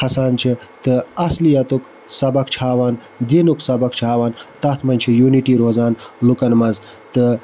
کھَسان چھِ تہٕ اَصلِیَتُک سبق چھِ ہاوان دیٖنُک سَبق چھِ ہاوان تَتھ مَنٛز چھِ یوٗنِٹی روزان لُکَن منٛز تہٕ